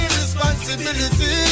responsibility